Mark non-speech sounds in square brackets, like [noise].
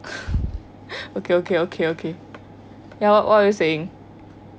[laughs] okay okay okay okay ya what are we saying